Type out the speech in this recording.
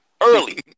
early